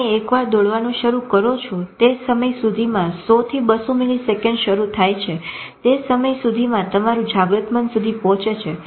તમે એકવાર દોડવાનું શરુ કરો છો તે સમય સુધીમાં 100 થી 200 મીલીસેકંડ શરુ થાય છે તે સમય સુધીમાં તમાર જાગૃત મન સુધી પહોંચે છે